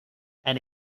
and